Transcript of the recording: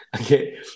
Okay